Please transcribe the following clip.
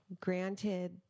granted